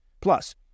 Plus